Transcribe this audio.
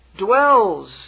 dwells